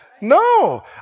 No